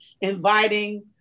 inviting